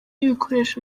ibikoresho